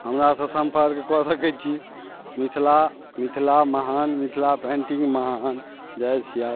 हमरासँ सम्पर्क कऽ सकैत छी मिथिला मिथिला महान मिथिला पेन्टिंग महान जाय छियै